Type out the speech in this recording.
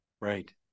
Right